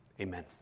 Amen